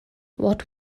what